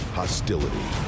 hostility